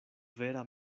vera